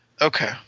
Okay